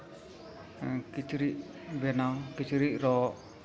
ᱠᱤᱪᱨᱤᱡᱽ ᱵᱮᱱᱟᱣ ᱠᱤᱪᱨᱤᱡᱽ ᱨᱚᱸᱜ